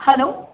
hello